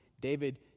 David